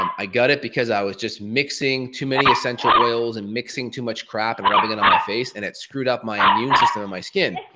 um i got it because i was just mixing too many essential oils and mixing too much crap and rubbing em on my face, and it screwed up my immune system, and my skin.